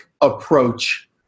approach